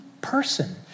person